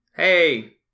hey